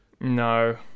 No